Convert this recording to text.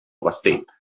vestit